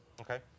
Okay